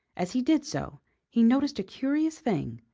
as he did so he noticed a curious thing.